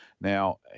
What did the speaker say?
Now